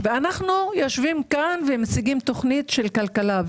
ואנחנו יושבים פה ומציגים תוכנית של כלכלה.